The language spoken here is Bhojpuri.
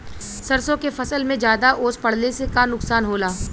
सरसों के फसल मे ज्यादा ओस पड़ले से का नुकसान होला?